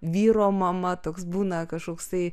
vyro mama toks būna kažkoksai